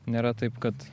nėra taip kad